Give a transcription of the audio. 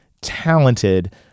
talented